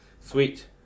Sweet